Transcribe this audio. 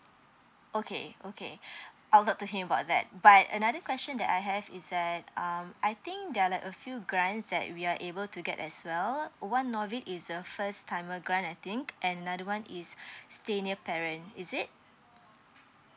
okay okay I'll talk to him about that but another question that I have is that um I think there're like a few grants that we are able to get as well one of it is a first timer grant I think another one is stay near parent is it